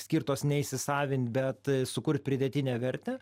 skirtos neįsisavint bet sukurt pridėtinę vertę